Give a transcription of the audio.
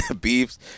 beefs